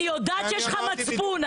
אני יודעת שיש לך מצפון.